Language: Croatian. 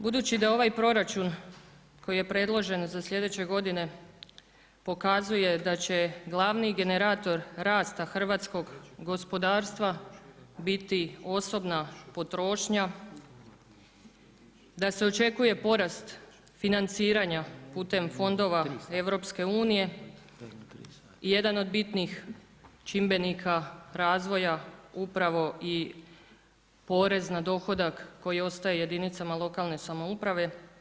Budući da ovaj proračun koji je predložen za slijedeće godine pokazuje da će glavni generator rasta hrvatskog gospodarstva biti osobna potrošnja, da se očekuje porat financiranja putem fondova EU-a jedan od bitnih čimbenika razvoja upravo i porez na dohodak koji ostaje jedinicama lokalne samouprave.